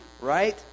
right